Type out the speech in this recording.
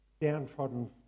downtrodden